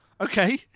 Okay